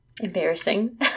Embarrassing